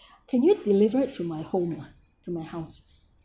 can you delivered to my home ah to my house